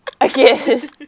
again